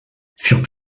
furent